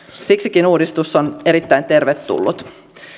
siksikin uudistus on erittäin tervetullut